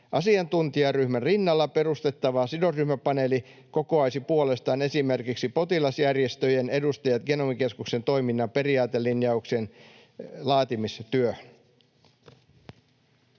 Asiantuntijaryhmän rinnalle perustettava sidosryhmäpaneeli kokoaisi puolestaan esimerkiksi potilasjärjestöjen edustajat Genomikeskuksen toiminnan periaatelinjauksien laatimistyöhön.